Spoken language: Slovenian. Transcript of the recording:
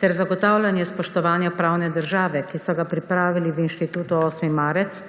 ter zagotavljanje spoštovanja pravne države, ki so ga pripravili v Inštitutu 8. marec,